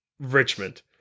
Richmond